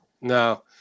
No